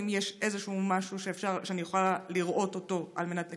האם יש משהו שאני יכולה לראות אותו על מנת לקדם?